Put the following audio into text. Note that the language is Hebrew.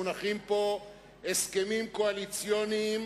מונחים פה הסכמים קואליציוניים